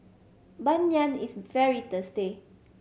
Ban Mian is very tasty